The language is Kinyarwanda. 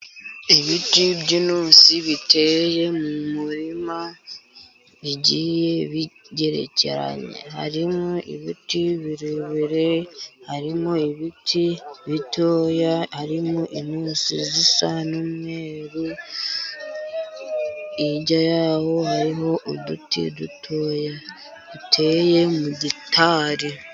Ibiti by'intusi biteye mu murima bigiye bigerekeranye, harimo ibiti birebire, harimo ibiti bitoya, harimo intusi zisa n'umweru, hirya yaho hariho uduti dutoya duteye mu gitari.